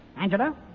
Angela